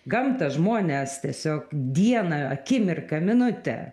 gamtą žmones tiesiog dieną akimirką minutę